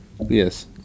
Yes